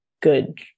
good